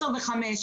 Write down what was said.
10 ו-5,